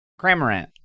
Cramorant